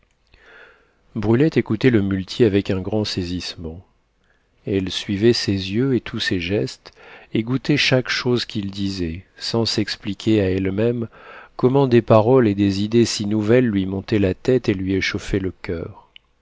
brulette écoutait le muletier avec un grand saisissement elle suivait ses yeux et tous ses gestes et goûtait chaque chose qu'il disait sans s'expliquer à elle-même comment des paroles et des idées si nouvelles lui montaient la tête et lui échauffaient le coeur